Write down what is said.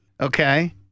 Okay